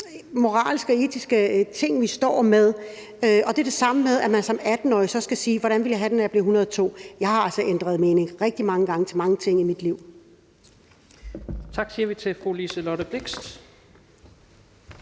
moralske og etiske ting, vi står med. Og det er det samme med, at man som 18-årig så skal sige, hvordan man vil have det, når man bliver 102. Jeg har altså skiftet mening rigtig mange gange om mange ting i mit liv. Kl. 13:39 Tredje næstformand